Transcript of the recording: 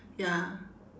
ya